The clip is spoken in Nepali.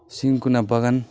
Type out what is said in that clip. सिन्कोना बगान